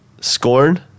Scorn